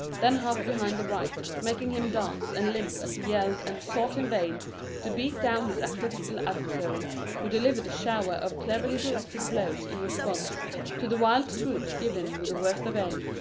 then half behind the right, making him dance and limp as he yelled and sought in vain to beat down his active little adversary, who delivered a shower of cleverly directed blows in response to the wild swoops given with the worst of aim.